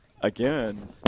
again